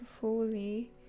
fully